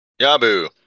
Yabu